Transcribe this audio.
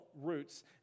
roots